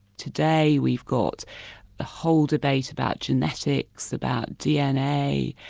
today we've got the whole debate about genetics, about dna,